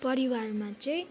परिवारमा चाहिँ